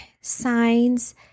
signs